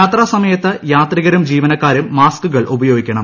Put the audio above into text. യാത്ര സമയത്ത് യാത്രികരും ജീവനക്കാരും മാസ്കുകൾ ഉപയോഗി ക്കണം